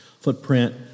footprint